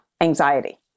anxiety